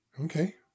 Okay